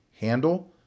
handle